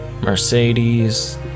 mercedes